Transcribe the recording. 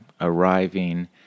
arriving